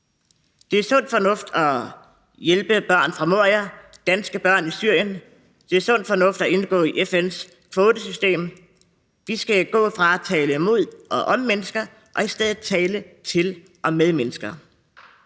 Det er sund fornuft at hjælpe børn fra Moria, danske børn i Syrien. Det er sund fornuft at indgå i FN’s kvotesystem. Vi skal gå fra at tale imod og om mennesker og i stedet tale til og med mennesker.